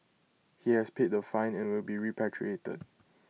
he has paid the fine and will be repatriated